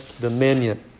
dominion